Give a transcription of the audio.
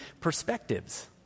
perspectives